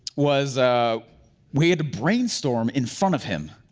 was we had to brainstorm in front of him,